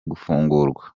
gufungurwa